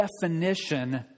definition